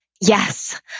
Yes